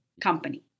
company